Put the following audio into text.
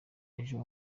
ejo